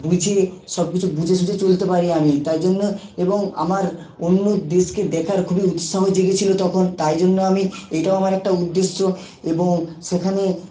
বুঝে সব কিছু বুঝে সুঝে চলতে পারি আমি তাই জন্য এবং আমার অন্য দেশকে দেখার খুবই উৎসাহ জেগে ছিল তখন তাই জন্য আমি এটাও আমার একটা উদ্দেশ্য এবং সেখানে